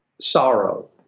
sorrow